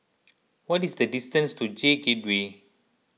what is the distance to J Gateway